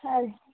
ಹಾಂ ರಿ